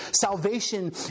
Salvation